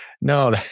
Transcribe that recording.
no